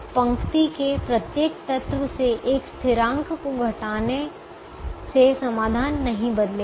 इसलिए पंक्ति के प्रत्येक तत्व से एक स्थिरांक को घटाने से समाधान नहीं बदलेगा